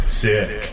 sick